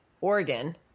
Oregon